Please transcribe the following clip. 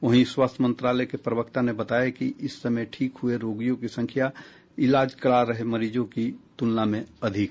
वहीं स्वास्थ्य मंत्रालय के प्रवक्ता ने बताया कि इस समय ठीक हुए रोगियों की संख्या इलाज करा रहे मरीजों की तुलना में अधिक है